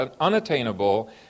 unattainable